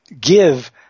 give